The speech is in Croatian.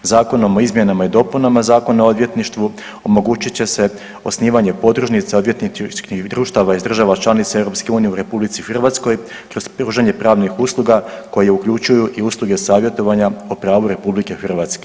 Zakonom o izmjenama i dopunama Zakona o odvjetništvu omogućit će se osnivanje podružnica odvjetničkih društava iz država članica EU u RH kroz pružanje pravnih usluga koje uključuju i usluge savjetovanja o pravu RH.